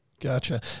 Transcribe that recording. Gotcha